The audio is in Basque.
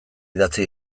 idatzi